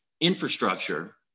infrastructure